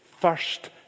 first